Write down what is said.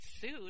sued